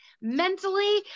mentally